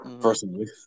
personally